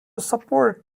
support